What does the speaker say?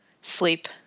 Sleep